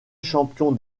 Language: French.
champion